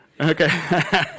Okay